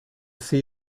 see